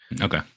Okay